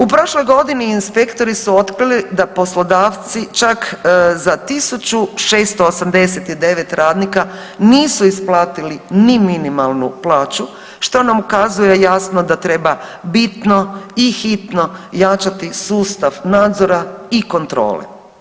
U prošloj godini inspektori su otkrili da poslodavci čak za 1689 radnika nisu isplatili ni minimalnu plaću, što nam ukazuje, jasno da treba bitno i hitno jačati sustav nadzora i kontrole.